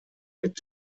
mit